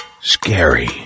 scary